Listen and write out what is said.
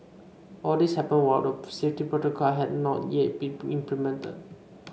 all this happened while the safety protocol had not yet been implemented